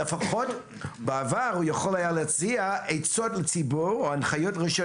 לפחות בעבר הוא היה יכול להציע עצות לציבור או הנחיות לרשויות